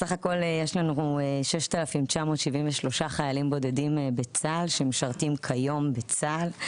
סך הכול יש לנו 6,973 חיילים בודדים בצה"ל שמשרתים כיום בצה"ל,